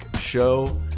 show